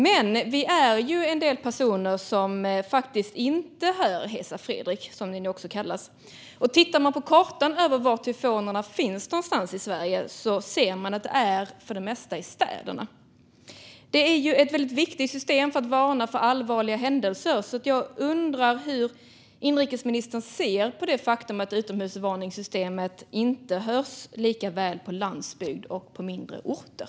Men vi är en del personer som inte hör Hesa Fredrik, som signalen också kallas. Tittar man på en karta över var tyfonerna finns i Sverige ser man att det för det mesta är i städerna. Systemet är viktigt då de varnar för allvarliga händelser. Jag undrar därför hur inrikesministern ser på det faktum att utomhusvarningssystemet inte hörs lika väl på landsbygd och mindre orter.